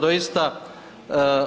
Doista